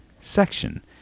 section